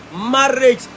marriage